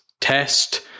test